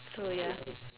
so ya